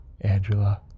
Angela